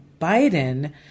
Biden